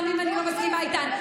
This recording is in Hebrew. גם אם אני לא מסכימה איתן.